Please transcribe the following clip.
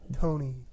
Tony